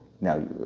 now